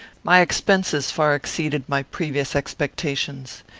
my expenses far exceeded my previous expectations.